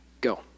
Go